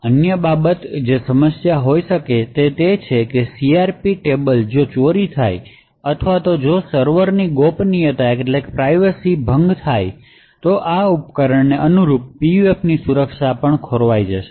અન્ય બાબતો જે સમસ્યા હોઈ શકે છે તે છે કે CRP કોષ્ટકો જો ચોરી થાય છે અથવા જો સર્વરની ગોપનીયતા ભંગ થાય છે તો આ ઉપકરણોને અનુરૂપ PUFની સંપૂર્ણ સુરક્ષા ખોવાઈ જશે